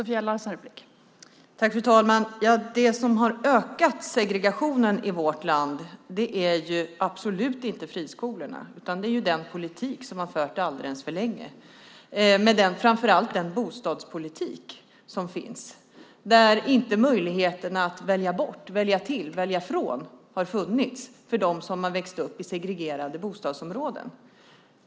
Fru talman! Det är absolut inte friskolorna som har ökat segregationen i vårt land, utan det är den politik som har förts alldeles för länge. Det gäller framför allt den bostadspolitik som har förts där möjligheterna att välja bort, välja till och välja från inte har funnits för dem som har växt upp i segregerade bostadsområden.